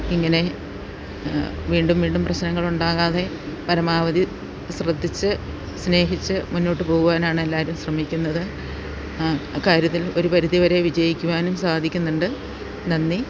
ഇങ്ങനെ വീണ്ടും വീണ്ടും പ്രശ്നങ്ങൾ ഉണ്ടാകാതെ പരമാവധി ശ്രദ്ധിച്ച് സ്നേഹിച്ച് മുന്നോട്ട് പോകുവാനാണ് എല്ലാരും ശ്രമിക്കുന്നത് ആ അക്കാര്യത്തിൽ ഒരു പരിധിവരെ വിജയിക്കുവാനും സാധിക്കുന്നുണ്ട് നന്ദി